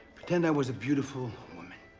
pretend i was a beautiful woman.